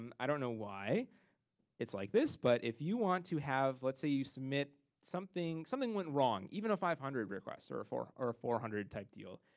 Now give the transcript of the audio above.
um i don't know why it's like this, but if you want to have, let's say you submit something something went wrong, even of five hundred requests or four or four hundred type deal,